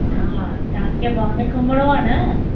हा तव्हां खे बॉम्बे घुमिणो आहे न